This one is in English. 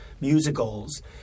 musicals